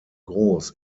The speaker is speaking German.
groß